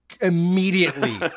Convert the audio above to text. Immediately